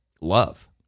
love